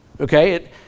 Okay